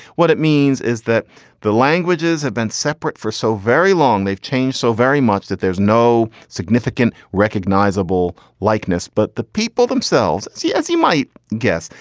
what it means is that the languages have been separate for so very long, they've changed so very much that there's no significant recognizable likeness. but the people themselves see, as you might guess,